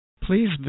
Please